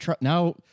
now